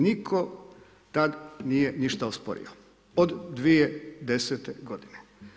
Niko tada nije ništa osporio od 2010. godine.